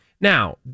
now